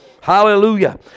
Hallelujah